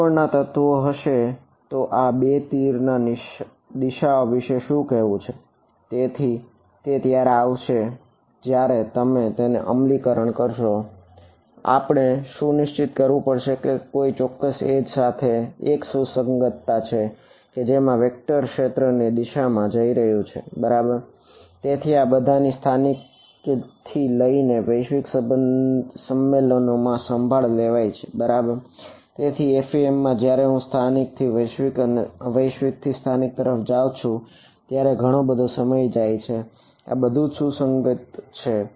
ત્રિકોણ ના તત્વો હશે તો આ બે તીર ની દિશાઓ વિશે સુ કહેવું છે તેથી તે ત્યારે આવશે જયારે તમે તેને અમલીકરણ કરશો આપણે એ સુનિશ્ચિત કરવું પડશે કે કોઈ ચોક્કસ એજ માં જયારે હું સ્થાનિક થી વૈશ્વિક અને વૈશ્વિક થી સ્થાનિક તરફ જાવ છું ત્યારે ઘણો બધો સમય જાય છે આ બધુજ સુસંગત છે